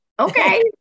Okay